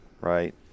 right